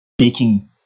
speaking